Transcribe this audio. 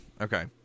Okay